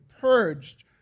purged